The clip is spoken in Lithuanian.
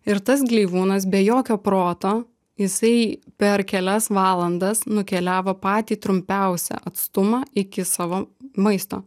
ir tas gleivūnas be jokio proto jisai per kelias valandas nukeliavo patį trumpiausią atstumą iki savo maisto